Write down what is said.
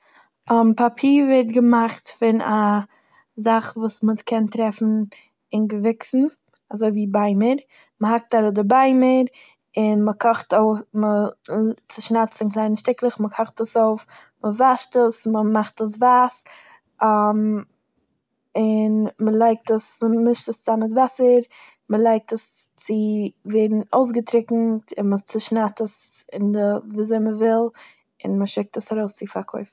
פאפיר ווערט געמאכט פון א זאך וואס מ'קען טרעפן אין געוויקסן אזוי ווי ביימער, מ'האקט אראפ די ביימער און מ'קאכט אויף- מ'צושנייד עס אין קליינע שטיקלעך מ'קאכט עס אויף מ'וואשט עס מ'מאכט עס ווייס, און מ'לייגט עס- מ'מישס עס צאם מיט וואסער, מ'לייגט עס צו- צו ווערן אויסגעטרוקנט און מ'צושנייד עס אין די ווי אזוי מ'וויל און מ'שיקט עס ארויס צו פארקויפן.